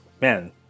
man